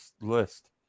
list